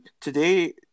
Today